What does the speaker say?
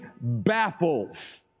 baffles